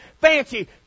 fancy